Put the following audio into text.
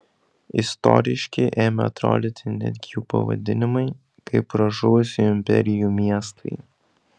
istoriški ėmė atrodyti netgi jų pavadinimai kaip pražuvusių imperijų miestai